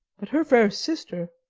but her fair sister,